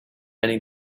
many